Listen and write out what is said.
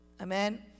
Amen